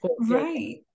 Right